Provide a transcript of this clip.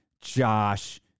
Josh